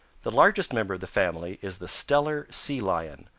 the largest member of the family is the steller sea lion,